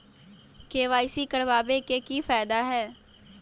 KYC करवाबे के कि फायदा है?